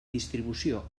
distribució